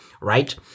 right